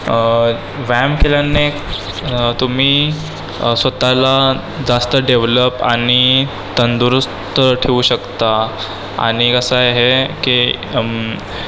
व्यायाम केल्याने तुम्ही स्वतःला जास्त डेव्हलप आणि तंदुरुस्त ठेवू शकता आणि कसंय हे की